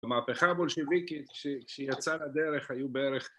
‫במהפכה הבולשיביקית, ‫שהיא יצאה לדרך היו בערך...